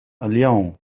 اليوم